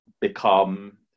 become